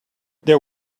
there